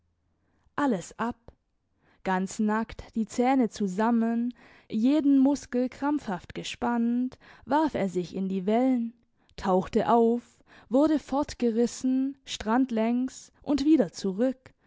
alles ab ganz nackt die zähne zusammen jede muskel krampfhaft gespannt warf er sich in die wellen tauchte auf wurde fortgerissen strandlängs und wieder zurück